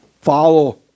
follow